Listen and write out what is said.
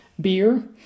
beer